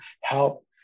help